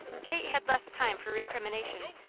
kate had less time for recrimination,